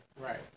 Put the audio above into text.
Right